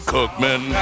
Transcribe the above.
Cookman